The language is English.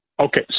Okay